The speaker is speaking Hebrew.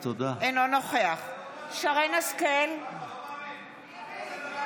אינו נוכח שרן מרים השכל,